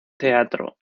teatro